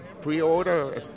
pre-order